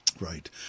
Right